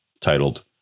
titled